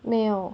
没有